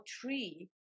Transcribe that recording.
tree